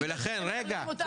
לפני אישור?